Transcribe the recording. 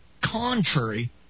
contrary